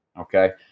okay